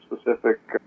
specific